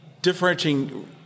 Differentiating